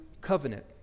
covenant